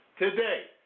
Today